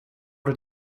did